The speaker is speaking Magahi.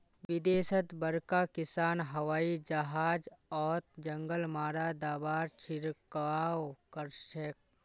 विदेशत बड़का किसान हवाई जहाजओत जंगल मारा दाबार छिड़काव करछेक